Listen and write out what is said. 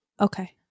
Okay